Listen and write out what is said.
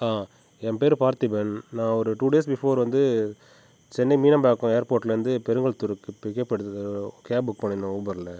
என் பேர் பார்த்திபன் நான் ஒரு டூ டேஸ் பிஃபோர் வந்து சென்னை மீனம்பாக்கம் ஏர்போர்ட்லேருந்து பெருங்குளத்தூருக்கு பிக்கப் எடுத்து வர கேப் புக் பண்ணியிருந்தோம் ஊபரில்